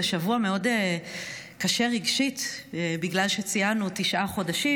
זה שבוע מאוד קשה רגשית בגלל שציינו תשעה חודשים,